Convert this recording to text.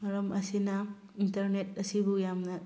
ꯃꯔꯝ ꯑꯁꯤꯅ ꯏꯟꯇꯔꯅꯦꯠ ꯑꯁꯤꯕꯨ ꯌꯥꯝꯅ